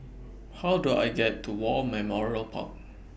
How Do I get to War Memorial Park